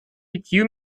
пятью